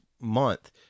month